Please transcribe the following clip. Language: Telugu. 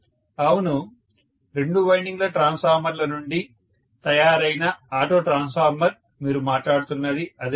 ప్రొఫెసర్ అవును రెండు వైండింగ్ల ట్రాన్స్ఫార్మర్ల నుండి తయారైన ఆటో ట్రాన్స్ఫార్మర్ మీరు మాట్లాడుతున్నది అదేనా